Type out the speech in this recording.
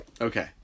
Okay